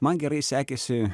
man gerai sekėsi